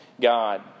God